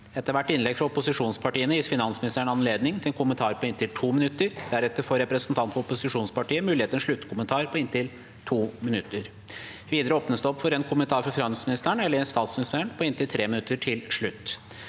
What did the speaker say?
Etter hvert innlegg fra opposisjonspartiene gis finansministeren anledning til en kommentar på inntil 2 minutter, og deretter får representanter fra opposisjonspartiet mulighet til en sluttkommentar på inntil 2 minutter. Videre åpnes det for en kommentar fra finansministeren eller statsministeren på inntil 3 minutter til slutt.